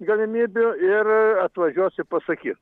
galimybių ir atvažiuos ir pasakys